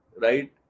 right